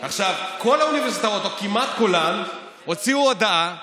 כל האוניברסיטאות או כמעט כולן הוציאו הודעה לסטודנטים,